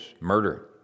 murder